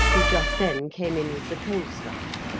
who just then came in with the coal-scuttle,